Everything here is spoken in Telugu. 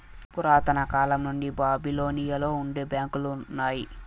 పురాతన కాలం నుండి బాబిలోనియలో నుండే బ్యాంకులు ఉన్నాయి